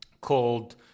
called